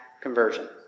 conversion